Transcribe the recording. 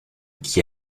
qui